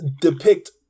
depict